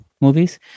movies